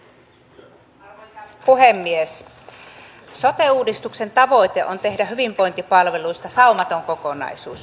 sote uudistuksen tavoite on tehdä hyvinvointipalveluista saumaton kokonaisuus